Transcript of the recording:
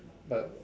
but